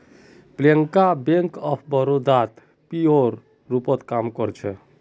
Priyanka bank of बड़ौदात पीओर रूपत काम कर छेक